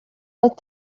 let